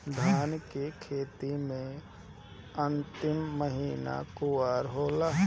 धान के खेती मे अन्तिम महीना कुवार होला?